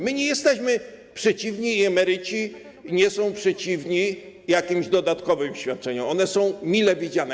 My nie jesteśmy przeciwni i emeryci nie są przeciwni jakimś dodatkowym świadczeniom, one są mile widziane.